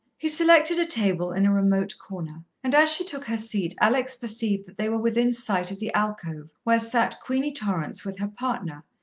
he selected a table in a remote corner, and as she took her seat, alex perceived that they were within sight of the alcove where sat queenie torrance with her partner,